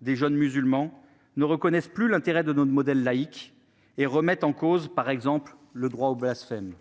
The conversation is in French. des jeunes musulmans ne reconnaissent plus l'intérêt de notre modèle laïque et remettent en cause, par exemple, le droit au blasphème.